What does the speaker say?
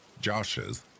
Josh's